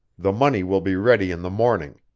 the money will be ready in the morning.